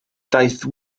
daeth